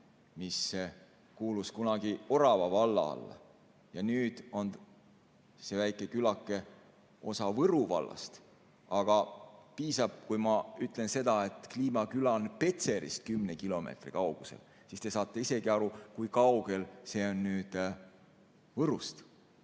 mis kuulus kunagi Orava valla alla ja nüüd on see väike külake osa Võru vallast. Aga piisab, kui ma ütlen seda, et Kliima küla on Petserist kümne kilomeetri kaugusel, siis te saate isegi aru, kui kaugel see on Võrust.